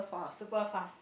super fast